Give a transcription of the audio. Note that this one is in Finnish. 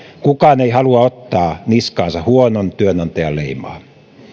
kukaan ei halua ottaa niskaansa huonon työnantajan leimaa